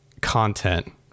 content